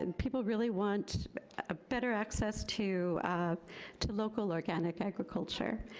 and people really want ah better access to to local organic agriculture.